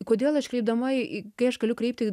kodėl aš kreipdama į kai aš galiu kreipti